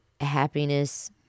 happiness